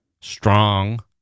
strong